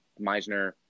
meisner